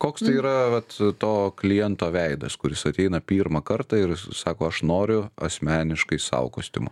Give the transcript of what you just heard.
koks tai yra vat to kliento veidas kuris ateina pirmą kartą ir jis sako aš noriu asmeniškai sau kostiumo